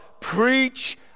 Preach